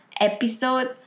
episode